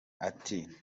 ati